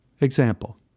Example